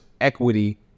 equity